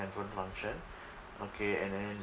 handphone function okay and then